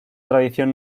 tradición